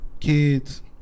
kids